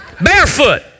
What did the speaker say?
Barefoot